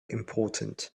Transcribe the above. important